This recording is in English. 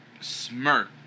smirk